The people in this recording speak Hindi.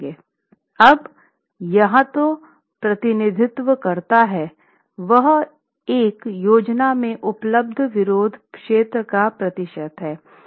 अब यह जो प्रतिनिधित्व करता है वह एक योजना में उपलब्ध विरोध क्षेत्र का प्रतिशत है